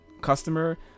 customer